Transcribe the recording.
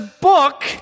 book